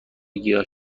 گیاه